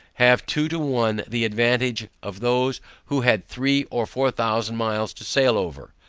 have two to one the advantage of those who had three or four thousand miles to sail over,